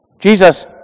Jesus